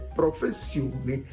professioni